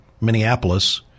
Minneapolis